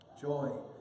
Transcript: joy